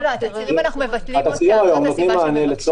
(היו"ר יעקב